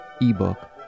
ebook